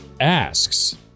asks